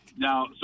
Now